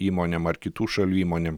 įmonėm ar kitų šalių įmonėm